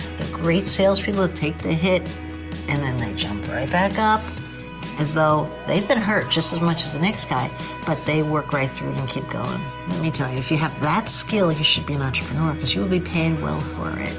the great salespeople take the hit and then they jump right back up as though they've been hurt just as much as the next guy but they work right through it and keep going. let me tell you, if you have that skill you should be an entrepreneur um because you will be paid well for it.